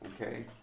Okay